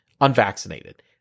unvaccinated